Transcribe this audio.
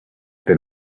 than